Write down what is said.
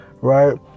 right